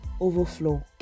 overflow